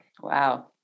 Wow